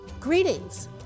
Greetings